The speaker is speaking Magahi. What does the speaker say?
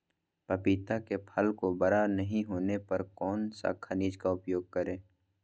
पपीता के फल को बड़ा नहीं होने पर कौन सा खनिज का उपयोग करें?